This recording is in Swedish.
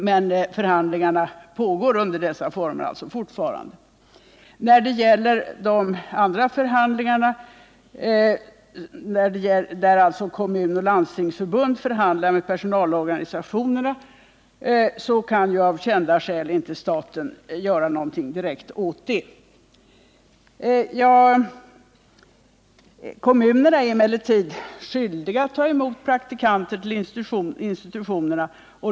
De andra förhandlingarna, som förs mellan kommunförbunden och personalorganisationerna, kan staten av kända skäl inte direkt påverka. Kommunerna är emellertid skyldiga att ta emot praktikanter till institutionerna.